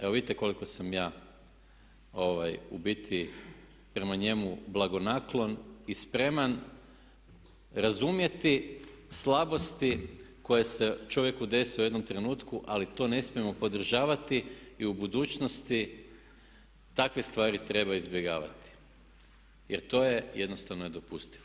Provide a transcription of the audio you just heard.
Evo vidite koliko sam ja u biti prema njemu blagonaklon i spreman razumjeti slabosti koje se čovjeku dese u jednom trenutku ali to ne smijemo podržavati i u budućnosti takve stvari treba izbjegavati jer to je jednostavno nedopustivo.